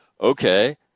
Okay